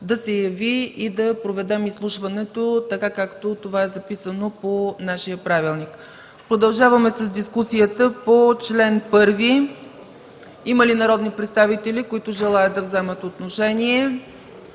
да се яви и да проведем изслушването, както е записано по нашия правилник. Продължаваме с изслушването по чл. 1. Има ли народни представители, които желаят да вземат отношение?